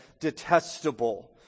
detestable